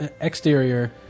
exterior